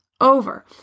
over